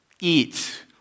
Eat